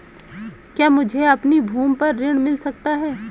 क्या मुझे अपनी भूमि पर ऋण मिल सकता है?